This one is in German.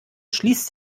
schließt